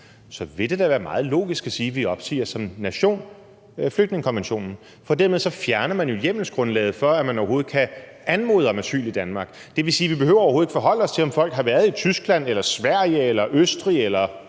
så vil det da være meget logisk at sige, at vi som nation opsiger flygtningekonventionen. For dermed fjerner vi jo hjemmelsgrundlaget for, at man overhovedet kan anmode om asyl i Danmark. Det vil sige, at vi overhovedet ikke behøver at forholde os til, om folk har været i Tyskland eller Sverige eller Østrig eller